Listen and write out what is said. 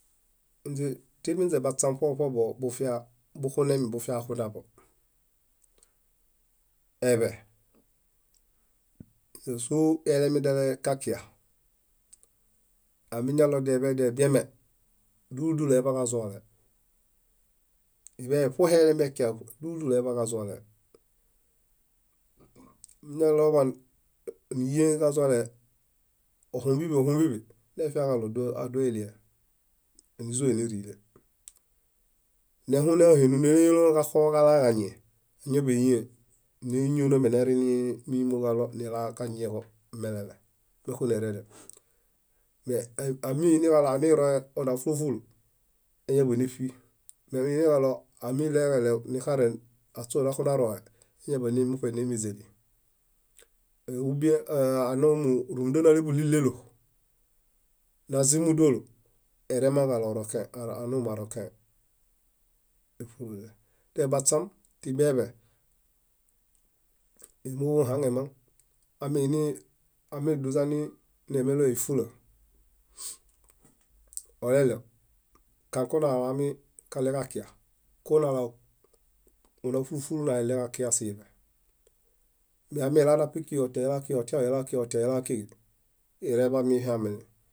Ínze timinze baśam ṗobo ṗobo bukunemi bufia axunaḃo. Eḃe ñáso yelemi diale ġakia, amiñalo deḃedi ediame dúli dúlu eḃaġazualee. Iḃehe ṗohe yelekia dúlu dúlu eḃaġazualee añaloḃan níyiẽe ġazualee oxũbiḃi oxũubiḃi nefiaġalo adoiɭie. Nízoenerile. Nehũneu hinum níleelom kaxoġalaġañie, añaḃiyiẽe néñinomi nerini mímoġalo nilaġañieġo melele mekuneereɭew aminiġalo aniroe ona fúlu fúlu, eñaḃaneṗi aminiġalo aɭeġeɭew nixaren aśõnakunaroe eñaḃamuṗe némiźeli ubiẽ anoomu runda naluḃeleɭeɭelo, nazimu dólo, eeremaŋ kaɭo anoomu arokẽe. Tebaśam timeeḃe moḃuɦaŋemaŋ amiduźani neemeloya ífula, oleɭew, kanko nalaami kaɭeġakia konaala ona fúlu fúlu nalaɭew kakia siiḃe. meamilakinapi otianilaki, otianilaki, iñareḃamihameli.